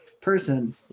person